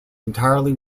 entirely